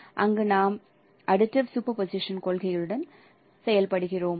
எனவே அங்கு நாம் அடி டிவ் போசிஷன் கொள்கைகளுடன் செயல்படுகிறோம்